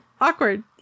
awkward